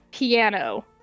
piano